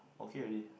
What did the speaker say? okay already